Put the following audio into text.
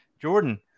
Jordan